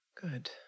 Good